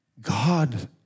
God